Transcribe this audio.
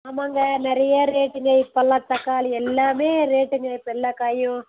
ஆமாங்க நிறைய ரேட்டுங்க இப்பெல்லாம் தக்காளி எல்லாமே ரேட்டுங்க இப்போ எல்லாக்காயும்